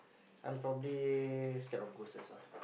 I'm probably scared of ghosts that's all